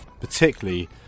particularly